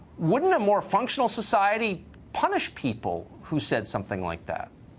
wouldn't a more functional society punish people who said something like that?